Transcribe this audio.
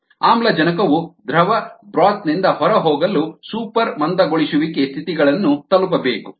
ಆಮ್ಲಜನಕವು ದ್ರವ ಬ್ರೋತ್ ನಿಂದ ಹೊರಹೋಗಲು ಸೂಪರ್ ಮಂದಗೊಳಿಸುವಿಕೆ ಸ್ಥಿತಿಗಳನ್ನು ತಲುಪಬೇಕು